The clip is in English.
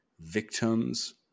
victims